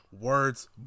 words